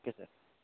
okay sir